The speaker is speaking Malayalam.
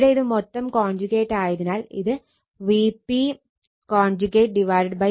ഇവിടെ ഇത് മൊത്തം കോഞ്ചുഗേറ്റ് ആയതിനാൽ ഇത് Vp Zp എന്നാകും